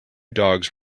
dogs